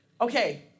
Okay